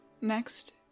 Next